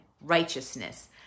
righteousness